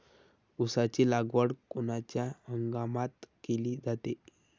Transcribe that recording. ऊसाची लागवड कोनच्या हंगामात केली जाते?